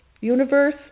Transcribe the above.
universe